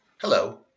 Hello